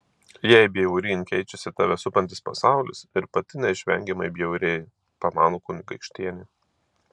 jei bjauryn keičiasi tave supantis pasaulis ir pati neišvengiamai bjaurėji pamano kunigaikštienė